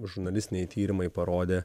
žurnalistiniai tyrimai parodė